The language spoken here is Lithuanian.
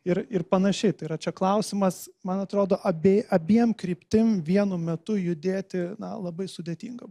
ir ir panašiai tai yra čia klausimas man atrodo abė abiem kryptim vienu metu judėti na labai sudėtinga